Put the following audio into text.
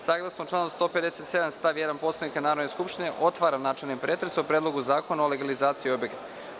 Saglasno članu 157. stav 1. Poslovnika Narodne skupštine otvaram načelni pretres o Predlogu zakona o legalizaciji objekata.